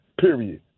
Period